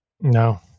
No